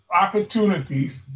opportunities